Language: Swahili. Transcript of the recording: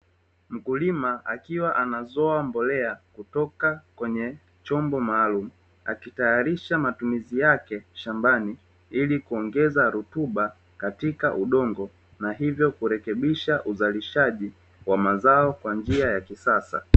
Mkulima akiwa anazoa mbolea kutoka kwenye chombo maalumu, akitayarisha matumizi yake shambani ili kuongea rutuba katika udongo, na hivyo kurekebisha uzalishaji wa mazao kwa njia ya kisasa.